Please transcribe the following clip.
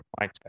right